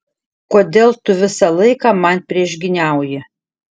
kodėl tu visą laiką man priešgyniauji